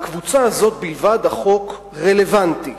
לקבוצה הזאת בלבד החוק רלוונטי.